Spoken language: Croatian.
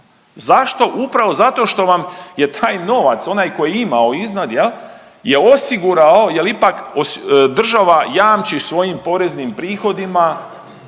Zašto? Upravo zato što vam je taj novac onaj koji je imao iznad jel, je osigurao, jel ipak država jamči svojim poreznim prihodima,